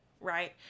right